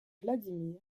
vladimir